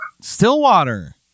Stillwater